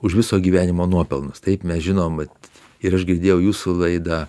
už viso gyvenimo nuopelnus taip mes žinom vat ir aš girdėjau jūsų laidą